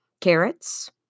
carrots